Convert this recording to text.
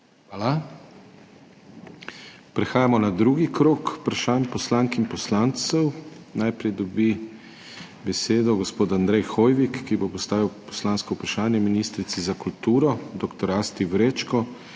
Hvala. Prehajamo na drugi krog vprašanj poslank in poslancev. Najprej dobi besedo gospod Andrej Hoivik, ki bo postavil poslansko vprašanje ministrici za kulturo dr. Asti Vrečko